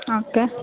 okay